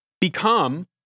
become